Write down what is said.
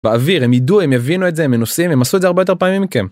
באוויר הם ידעו הם יבינו את זה מנוסים הם עשו את זה הרבה יותר פעמים מכם.